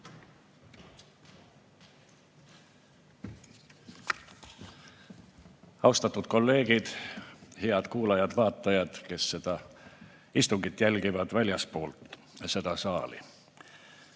Austatud kolleegid! Head kuulajad-vaatajad, kes seda istungit jälgivad väljaspool seda saali!